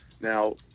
Now